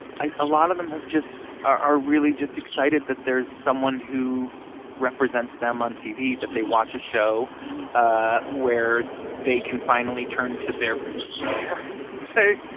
i a lot of them have just are really just excited that there's someone who represents them on tv, that they watch a show ah where they can finally turn to their parents and say.